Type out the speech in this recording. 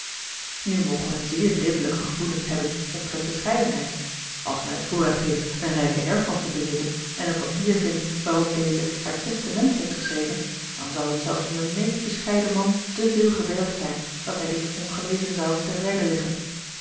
nu moge men zeer ridderlijke gevoelens hebben omtrent bescheidenheid als men het voorrecht heeft eene rijke erftante te bezitten en een papier vindt waarop deze haar testament heeft geschreven dan zou het zelfs van den meest bescheiden man te veel gevergd zijn dat hij dit ongelezen zou ter zijde leggen